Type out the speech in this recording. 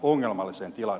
minä kysyn